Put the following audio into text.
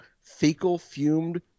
fecal-fumed